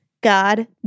God